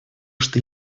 что